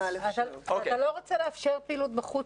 אתה לא רוצה לאפשר פעילות בחוץ,